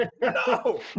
No